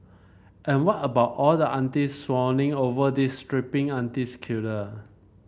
and what about all the aunties swooning over these strapping aunties killer